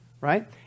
right